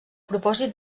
propòsit